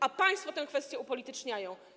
A państwo tę kwestię upolityczniają.